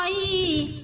e.